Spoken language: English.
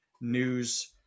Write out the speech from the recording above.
news